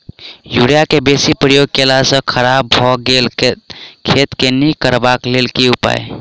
Urea केँ बेसी प्रयोग केला सऽ खराब भऽ गेल खेत केँ नीक करबाक लेल की उपाय?